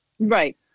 Right